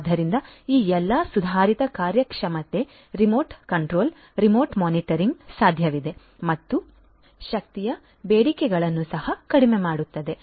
ಆದ್ದರಿಂದ ಈ ಎಲ್ಲಾ ಸುಧಾರಿತ ಕಾರ್ಯಕ್ಷಮತೆ ರಿಮೋಟ್ ಕಂಟ್ರೋಲ್ ರಿಮೋಟ್ ಮಾನಿಟರಿಂಗ್ ಸಾಧ್ಯವಿದೆ ಮತ್ತು ಶಕ್ತಿಯ ಬೇಡಿಕೆಗಳನ್ನು ಸಹ ಕಡಿಮೆ ಮಾಡುತ್ತದೆ